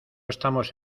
estamos